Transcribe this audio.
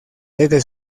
desde